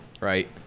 right